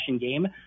game